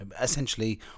essentially